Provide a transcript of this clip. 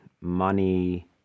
money